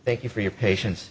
thank you for your patience